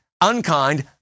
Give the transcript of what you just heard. unkind